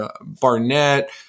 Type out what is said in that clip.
Barnett